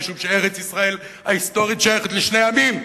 משום שארץ-ישראל ההיסטורית שייכת לשני עמים,